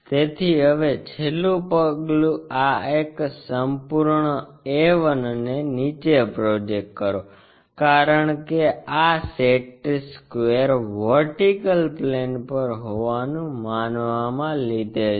તેથી હવે છેલ્લું પગલું આ એક સંપૂર્ણ a 1 ને નીચે પ્રોજેક્ટ કરો કારણ કે આ સેટ સ્ક્વેર વર્ટિકલ પ્લેન પર હોવાનું માનવામાં લીધેલ છે